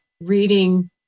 reading